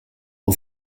nos